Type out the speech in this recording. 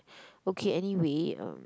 okay anyway